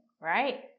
right